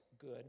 good